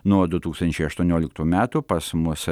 nuo du tūkstančiai aštuonioliktų metų pas mus